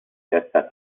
testa